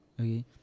Okay